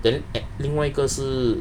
then at 另外一个是